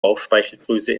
bauchspeicheldrüse